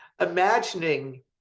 Imagining